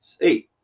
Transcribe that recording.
Eight